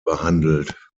behandelt